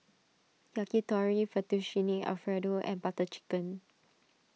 Yakitori Fettuccine Alfredo and Butter Chicken